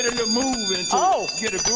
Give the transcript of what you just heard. the move and get a